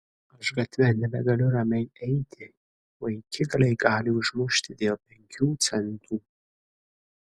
aš gatve nebegaliu ramiai eiti vaikigaliai gali užmušti dėl penkių centų